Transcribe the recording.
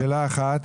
שאלה אחת,